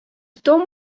том